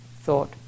thought